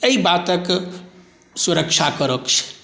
एहि बातके सुरक्षा करै के छै